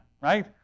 right